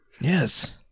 Yes